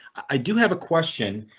i do have a question.